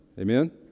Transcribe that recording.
Amen